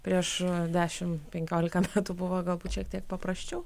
prieš dešimt penkioliką metų buvo gall būt šiek tiek paprasčiau